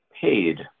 paid